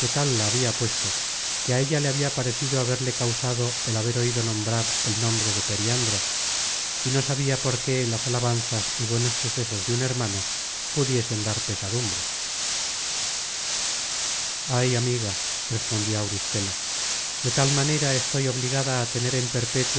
la habia puesto que á ella le habia parecido haberle causado el haber oido nombrar el nombre de periandro y no sabia por qué las alabanzas y buenos sucesos de un hermano pudiesen dar pesadumbre ay amiga respondió auristela de tal manera estoy obligada a tener en perpétuo